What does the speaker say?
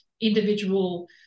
individual